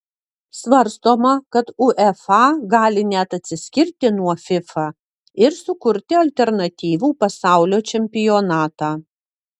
svarstoma kad uefa gali net atsiskirti nuo fifa ir sukurti alternatyvų pasaulio čempionatą